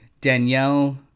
Danielle